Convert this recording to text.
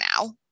now